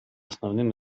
основным